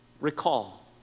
Recall